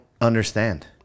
understand